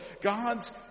God's